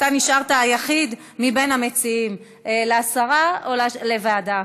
נשארת היחיד מהמציעים, הסרה או לוועדה?